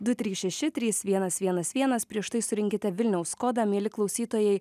du trys šeši trys vienas vienas vienas prieš tai surinkite vilniaus kodą mieli klausytojai